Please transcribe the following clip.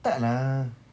tak lah